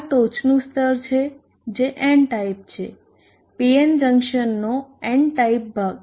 આ ટોચનું સ્તર છે જે N ટાઇપ છે PN જંક્શનનો N ટાઇપ ભાગ